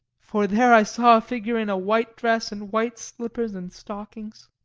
for there i saw a figure in a white dress and white slippers and stockings